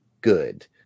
good